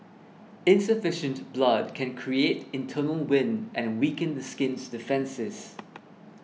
insufficient blood can create internal wind and weaken the skin's defences